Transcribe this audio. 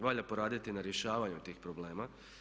Valja poraditi na rješavanju tih problema.